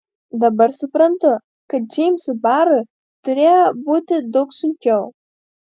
dabar suprantu kad džeimsui barui turėjo būti daug sunkiau